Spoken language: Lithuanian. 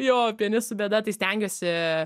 jo vieni su bėda tai stengiuosi